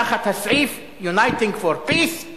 תחת הסעיף: Uniting for Peace,